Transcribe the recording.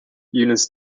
units